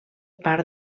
part